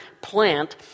plant